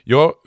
Jag